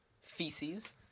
feces